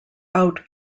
out